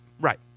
Right